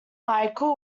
michael